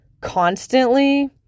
constantly